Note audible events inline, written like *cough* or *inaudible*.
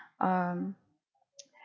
um *noise*